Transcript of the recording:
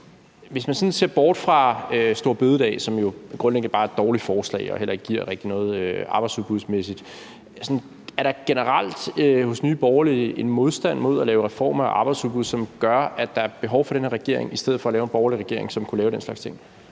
sådan ser bort fra store bededag, som jo grundlæggende bare er et dårligt forslag og heller ikke rigtig giver noget arbejdsudbudsmæssigt, er der så generelt hos Nye Borgerlige en modstand mod at lave reformer af arbejdsudbuddet, som gør, at der er behov for den her regering, i stedet for at man laver en borgerlig regering, som kunne lave den slags ting?